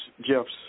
Jeff's